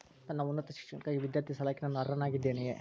ನನ್ನ ಉನ್ನತ ಶಿಕ್ಷಣಕ್ಕಾಗಿ ವಿದ್ಯಾರ್ಥಿ ಸಾಲಕ್ಕೆ ನಾನು ಅರ್ಹನಾಗಿದ್ದೇನೆಯೇ?